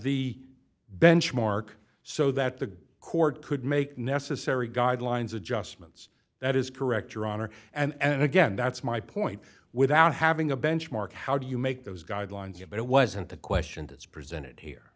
the benchmark so that the court could make necessary guidelines adjustments that is correct your honor and again that's my point without having a benchmark how do you make those guidelines if it wasn't the question as presented here